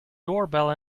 doorbell